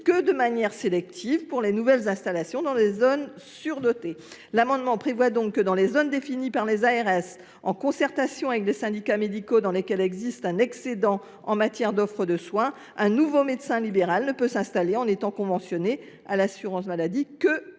que de manière sélective pour les nouvelles installations dans les zones surdotées. Dans des zones définies par les ARS en concertation avec les syndicats médicaux et dans lesquelles existe un excédent en matière d’offre de soins, un médecin libéral ne pourrait ainsi s’installer en étant conventionné à l’assurance maladie que